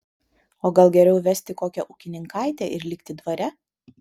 o gal geriau vesti kokią ūkininkaitę ir likti dvare